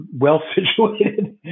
well-situated